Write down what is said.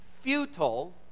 futile